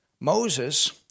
Moses